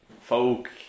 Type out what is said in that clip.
folk